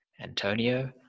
Antonio